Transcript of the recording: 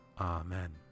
Amen